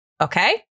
Okay